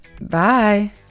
Bye